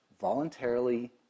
voluntarily